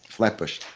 flatbush.